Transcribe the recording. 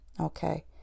okay